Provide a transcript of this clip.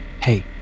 hey